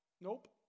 nope